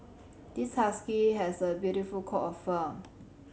this husky has a beautiful coat of fur